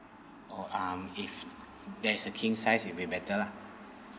or um if there is a king size will be better lah